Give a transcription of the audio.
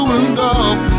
enough